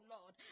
Lord